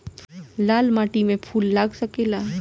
लाल माटी में फूल लाग सकेला?